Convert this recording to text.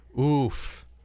Oof